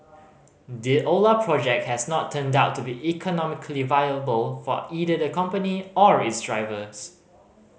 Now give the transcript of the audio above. the Ola project has not turned out to be economically viable for either the company or its drivers